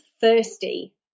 thirsty